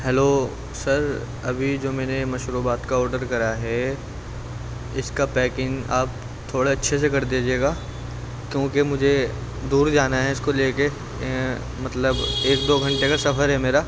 hello sir ابھی جو میں نے مشروبات کا آڈر کرا ہے اس کا پیکنگ آپ تھوڑا اچھے سے کر دیجیے گا کیونکہ مجھے دور جانا ہے اس کو لے کے مطلب ایک دو گھنٹے کا سفر ہے میرا